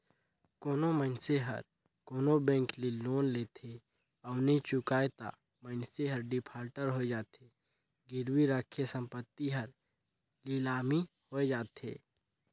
कोनो मइनसे हर कोनो बेंक ले लोन लेथे अउ नी चुकाय ता मइनसे हर डिफाल्टर होए जाथे, गिरवी रराखे संपत्ति हर लिलामी होए जाथे